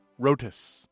Rotus